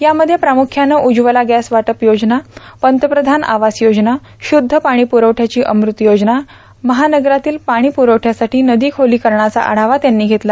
यामध्ये प्रामुख्यान उज्ज्वला गॅस वाटप योजना पंतप्रधान आवास योजना शुद्ध पाणी पुरवठ्याची अमृत योजना महानगरातील पाणी प्रवठ्यासाठी नदी खोलीकरणाचा आढावा त्यांनी घेतला